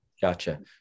Gotcha